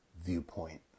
viewpoint